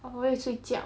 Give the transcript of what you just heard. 我会睡觉